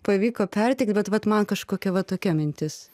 pavyko perteikt bet vat man kažkokia va tokia mintis